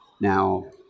Now